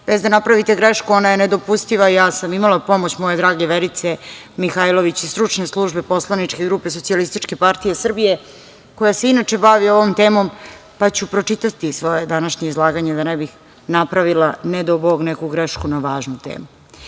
bez da napravite grešku, ona je nedopustiva. Ja sam imala pomoć moje drage Verice Mihajlović iz stručne službe poslaničke grupe SPS, a koja se inače bavi ovom temom, pa ću pročitati svoje današnje izlaganje da ne bih napravila, ne dao Bog, neku grešku na ovu važnu